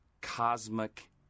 cosmic